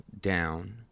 down